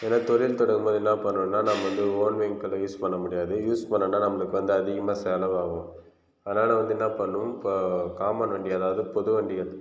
ஏன்னால் தொழில் தொடங்கும் போது என்ன பண்ணணும்னால் நம்ம வந்து ஓன் வெஹிக்கிள் யூஸ் பண்ண முடியாது யூஸ் பண்ணோம்னால் நம்மளுக்கு வந்து அதிகமாக செலவு ஆகும் அதனால் வந்து என்ன பண்ணணும் இப்போது காமன் வண்டி அதாவது பொது வண்டி